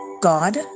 God